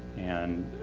and.